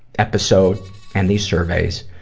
episode and these surveys.